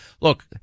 look